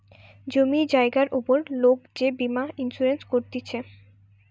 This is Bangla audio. জমি জায়গার উপর লোক যে বীমা ইন্সুরেন্স করতিছে